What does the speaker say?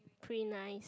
pretty nice